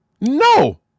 No